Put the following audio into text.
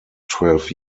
twelve